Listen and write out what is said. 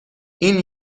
این